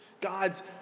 God's